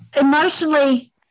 emotionally